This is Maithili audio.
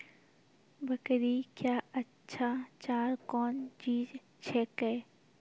बकरी क्या अच्छा चार कौन चीज छै के?